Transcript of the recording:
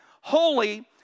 holy